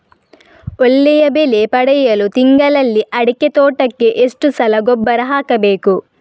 ಒಳ್ಳೆಯ ಬೆಲೆ ಪಡೆಯಲು ತಿಂಗಳಲ್ಲಿ ಅಡಿಕೆ ತೋಟಕ್ಕೆ ಎಷ್ಟು ಸಲ ಗೊಬ್ಬರ ಹಾಕಬೇಕು?